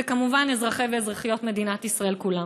וכמובן אזרחי ואזרחיות מדינת ישראל כולם?